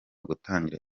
gutangira